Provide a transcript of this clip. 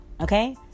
okay